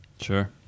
Sure